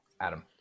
Adam